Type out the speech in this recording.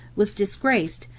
was disgraced,